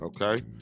okay